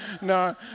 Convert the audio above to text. No